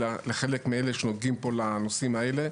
אלא לחלק מאלה שנוגעים לנושאים האלה.